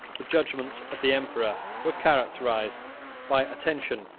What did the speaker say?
the judgments of the emperor were characterized by attention,